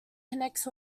connects